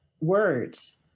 words